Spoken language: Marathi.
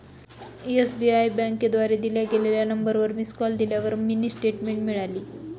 एस.बी.आई बँकेद्वारे दिल्या गेलेल्या नंबरवर मिस कॉल दिल्यावर मिनी स्टेटमेंट मिळाली